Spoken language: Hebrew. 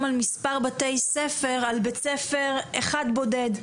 על מספר בתי ספר על בית ספר אחד בודד.